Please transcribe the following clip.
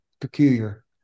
peculiar